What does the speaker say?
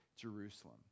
Jerusalem